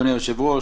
אדוני היושב-ראש,